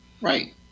right